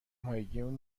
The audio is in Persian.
ماهگیمون